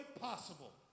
possible